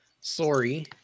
sorry